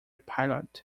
pilot